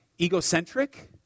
egocentric